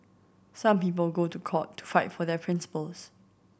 some people go to court to fight for their principles